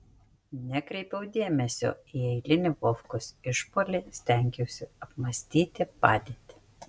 nekreipiau dėmesio į eilinį vovkos išpuolį stengiausi apmąstyti padėtį